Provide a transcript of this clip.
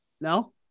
No